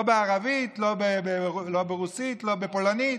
לא בערבית, לא ברוסית, לא בפולנית.